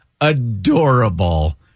adorable